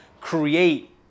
create